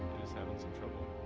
is having some trouble